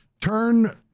turn